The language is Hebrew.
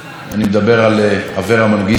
אני מדבר על אברה מנגיסטו,